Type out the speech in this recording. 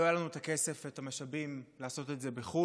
לא היו לנו הכסף והמשאבים לעשות את זה בחו"ל,